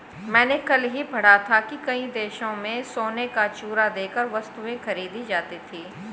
मैंने कल ही पढ़ा था कि कई देशों में सोने का चूरा देकर वस्तुएं खरीदी जाती थी